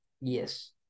Yes